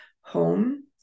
home